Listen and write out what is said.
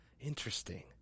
Interesting